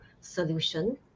solution